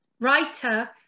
writer